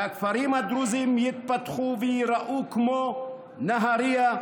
שהכפרים הדרוזיים יתפתחו וייראו כמו נהריה,